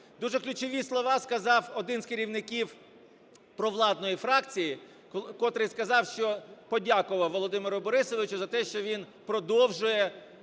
Дуже ключові слова сказав один з керівників провладної фракції, котрий сказав, що… подякував Володимиру Борисовичу за те, що він продовжує